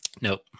nope